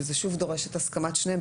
שזה שוב דורש את הסכמת שניהם.